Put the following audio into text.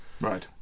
Right